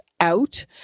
out